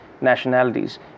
nationalities